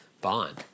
bond